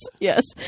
yes